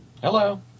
Hello